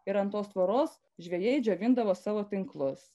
ir ant tos tvoros žvejai džiovindavo savo tinklus